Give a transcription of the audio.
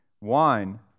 wine